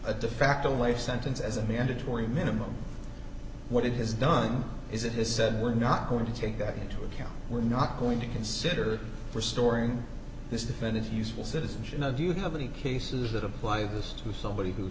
defacto life sentence as a mandatory minimum what it has done is it has said we're not going to take that into account we're not going to consider restoring this defendant's useful citizenship do you have any cases that apply this to somebody who